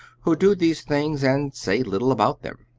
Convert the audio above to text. who do these things and say little about them.